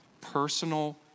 Personal